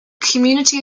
community